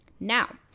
now